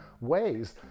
ways